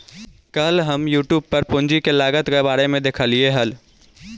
कल हम यूट्यूब पर पूंजी के लागत के बारे में देखालियइ हल